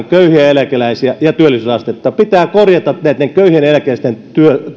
köyhiä eläkeläisiä ja työllisyysastetta pidä laittaa vastakkain pitää korjata näitten köyhien eläkeläisten